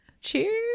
Cheers